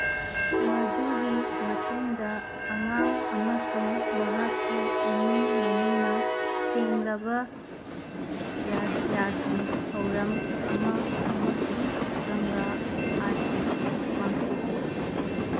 ꯃꯗꯨꯒꯤ ꯃꯇꯨꯡꯗ ꯑꯉꯥꯡ ꯑꯃꯁꯨꯡ ꯃꯍꯥꯛꯀꯤ ꯏꯃꯨꯡ ꯃꯅꯨꯡꯅ ꯁꯦꯡꯂꯕ ꯌꯥꯒ꯭ꯌꯥꯒꯤ ꯊꯧꯔꯝ ꯑꯃ ꯑꯃꯁꯨꯡ ꯒꯪꯒꯥ ꯑꯥꯔꯇꯤ ꯄꯥꯡꯊꯣꯛꯏ